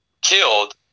killed